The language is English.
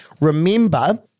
remember